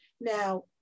Now